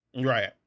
Right